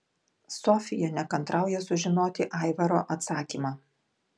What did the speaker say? sofija nekantrauja sužinoti aivaro atsakymą